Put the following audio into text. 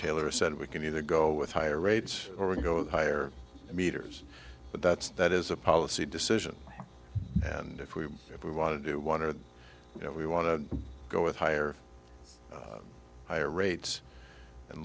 taylor said we can either go with higher rates or go higher meters but that's that is a policy decision and if we if we want to do one or you know we want to go with higher higher rates and